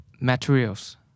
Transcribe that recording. materials